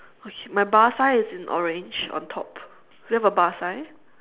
okay my bar sign is in orange on top do you have a bar sign